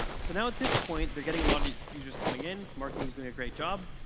so now at this point they're getting a lot of users coming in, marketing is doing a great job.